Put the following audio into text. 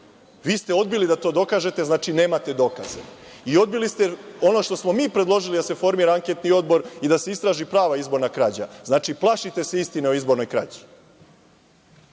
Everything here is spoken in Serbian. Vi ste odbili da to dokažete, znači, nemate dokaze i odbili ste ono što smo mi predložili da se formira anketni odbor i da se istraži prava izborna krađa. Znači, plašite se istine o izbornoj krađi.